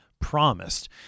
promised